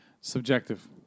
Subjective